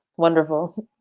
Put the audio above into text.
wonderful.